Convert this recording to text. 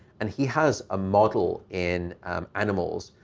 and he has a model in animals,